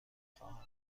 خواهم